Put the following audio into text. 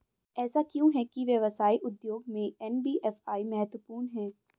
ऐसा क्यों है कि व्यवसाय उद्योग में एन.बी.एफ.आई महत्वपूर्ण है?